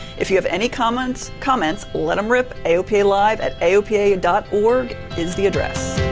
if you have any comments, comments, let em rip aopa live at aopa dot org is the address.